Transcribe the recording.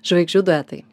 žvaigždžių duetai